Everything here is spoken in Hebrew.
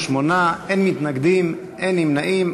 28 בעד, אין מתנגדים, אין נמנעים.